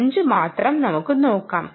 0 മാത്രം നമുക്ക് നോക്കാം